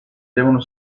devono